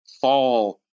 fall